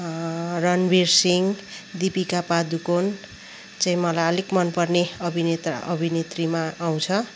रणवीर सिंह दिपिका पादुकोण चाहिँ मलाई अलिक मनपर्ने अभिनेता अभिनेत्रीमा आउँछ